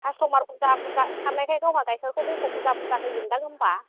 customer बुरजा बुरजा ओंखारनायखाय गावहा गायखेरखौ दैखौ बुरजा बुरजा होयोदां होनब्ला